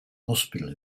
hospital